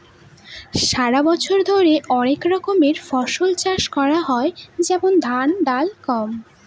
সারা বছর ধরে অনেক রকমের ফসল চাষ করা হয় যেমন ধান, ডাল, গম